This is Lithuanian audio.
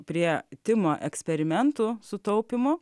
prie timo eksperimentų su taupymu